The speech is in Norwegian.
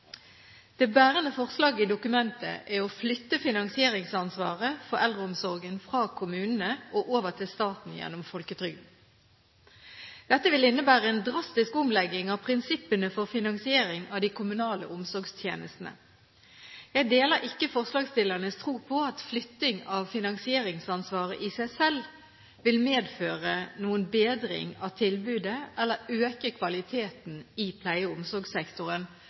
Det bærende forslaget i dokumentet er å flytte finansieringsansvaret for eldreomsorgen fra kommunene og over til staten gjennom folketrygden. Dette vil innebære en drastisk omlegging av prinsippene for finansiering av de kommunale omsorgstjenestene. Jeg deler ikke forslagsstillernes tro på at flytting av finansieringsansvaret i seg selv vil medføre noen bedring av tilbudet eller øke kvaliteten i pleie- og omsorgssektoren